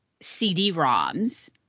CD-ROMs